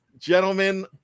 Gentlemen